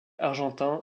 argentin